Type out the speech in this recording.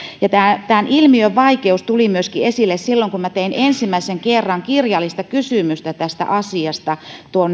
tämän ilmiön vaikeus tuli myöskin esille silloin kun tein ensimmäisen kerran kirjallista kysymystä tästä asiasta